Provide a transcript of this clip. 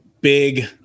big